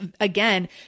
again